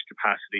capacity